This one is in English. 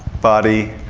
body,